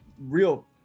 real